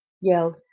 yelled